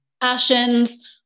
passions